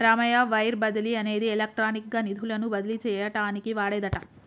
Ramayya wire బదిలీ అనేది electronic గా నిధులను బదిలీ చేయటానికి వాడేదట